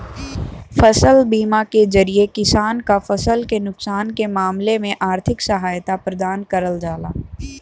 फसल बीमा के जरिये किसान क फसल के नुकसान के मामले में आर्थिक सहायता प्रदान करल जाला